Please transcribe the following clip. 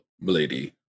Lady